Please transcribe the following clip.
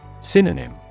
Synonym